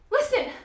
Listen